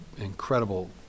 incredible